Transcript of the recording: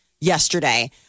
yesterday